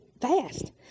fast